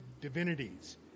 divinities